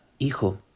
hijo